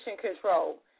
control